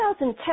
2010